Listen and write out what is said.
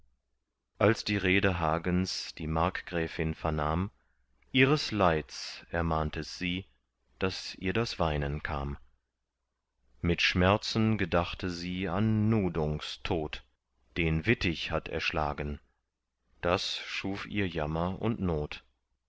als die rede hagens die markgräfin vernahm ihres leids ermahnt es sie daß ihr das weinen kam mit schmerzen gedachte sie an nudungs tod den wittich hatt erschlagen das schuf ihr jammer und not